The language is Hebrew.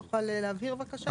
אתה יכול להבהיר בבקשה?